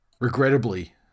Regrettably